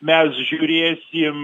mes žiūrėsim